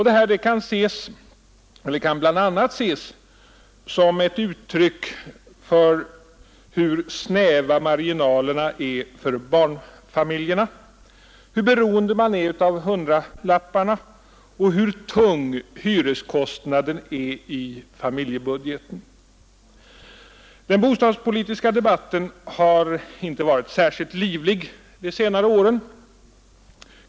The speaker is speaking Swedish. Detta kan bl.a. ses som ett uttryck för hur snäva marginalerna är för barnfamiljerna, hur beroende man är av hundralapparna och hur tung hyreskostnaden är i familjebudgeten. Den bostadspolitiska debatten har inte varit särskilt livlig under de senare åren.